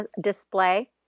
display